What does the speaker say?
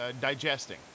digesting